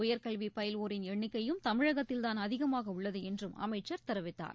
உயர்கல்விபயில்வோரின் எண்ணிக்கையும் தமிழகத்தில்தான் அதிகமாகஉள்ளதுஎன்றும் அமைச்சர் தெரிவித்தார்